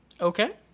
Okay